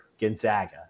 Gonzaga